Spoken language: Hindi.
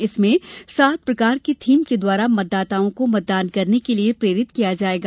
इसमें सात प्रकार की थीम के द्वारा मतदाताओं को मतदान करने के लिये प्रेरित किया जायेगा